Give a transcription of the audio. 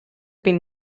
been